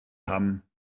haben